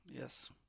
Yes